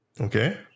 Okay